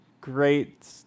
great